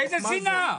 איזה שנאה?